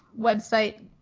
website